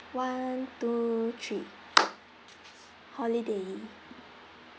one two three holiday